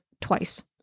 twice